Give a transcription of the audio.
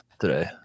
today